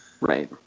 Right